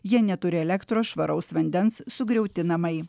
jie neturi elektros švaraus vandens sugriauti namai